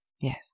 Yes